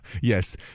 Yes